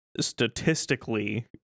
Statistically